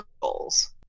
goals